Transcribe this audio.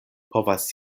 povas